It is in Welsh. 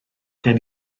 gen